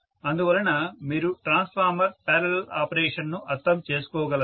అందువలన మీరు transformer parallel operation ను అర్థం చేసుకోగలరు